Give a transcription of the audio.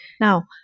Now